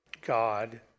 God